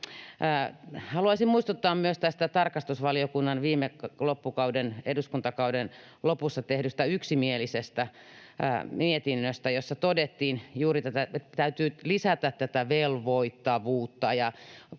Haluaisin muistuttaa myös tästä tarkastusvaliokunnassa viime eduskuntakauden lopussa tehdystä yksimielisestä mietinnöstä, jossa todettiin, että täytyy lisätä juuri tätä velvoittavuutta